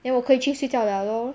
then 我可以去睡觉了 loh